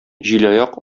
җилаяк